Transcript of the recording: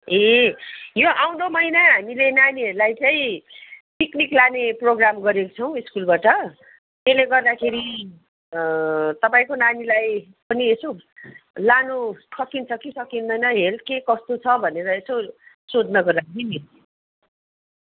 ए यो आउँदो महिना हामीले नानीहरूलाई चाहिँ पिकनिक लाने प्रोग्राम गरेको छौँ स्कुलबट त्यसले गर्दाखेरि तपाईँको नानीलाई पनि यसो लानु सकिन्छ कि सकिँदैन हेल्थ के कस्तो छ भनेर यसो सोध्नको लागि नि